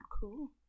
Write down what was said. cool